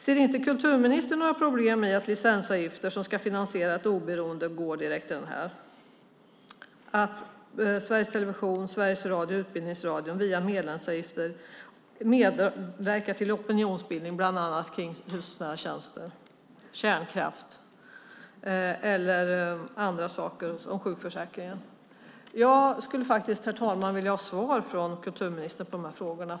Ser inte kulturministern några problem med att licensavgifter som ska finansiera ett oberoende går direkt till opinionsbildning, att Sveriges Television, Sveriges Radio och Utbildningsradion via medlemsavgifter medverkar till opinionsbildning bland annat kring hushållsnära tjänster, kärnkraft och sjukförsäkring? Herr talman! Jag skulle vilja ha svar från kulturministern på de frågorna.